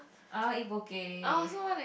i want eat Poke